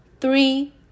Three